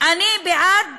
אני בעד